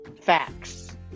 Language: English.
facts